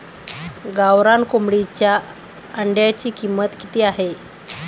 गावरान कोंबडीच्या अंड्याची किंमत किती आहे?